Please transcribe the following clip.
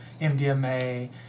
MDMA